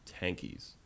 tankies